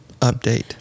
update